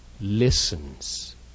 listens